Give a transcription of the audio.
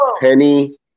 Penny